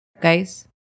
guys